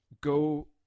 go